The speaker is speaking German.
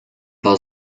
war